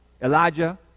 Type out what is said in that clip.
Elijah